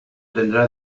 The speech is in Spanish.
tendrá